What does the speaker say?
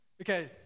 Okay